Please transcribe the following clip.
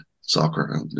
soccer